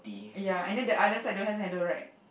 ya and then the other side don't have handle right